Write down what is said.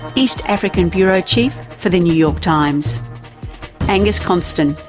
east african bureau chief for the new york times angus konstom,